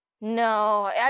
No